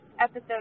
episode